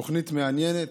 תוכנית מעניינת.